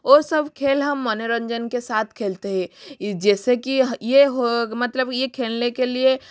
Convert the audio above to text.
वो सब खेल हम मनोरंजन के सात खेलते है जैसे कि ये हो मतलब ये खेलने कि लिए